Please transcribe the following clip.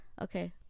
Okay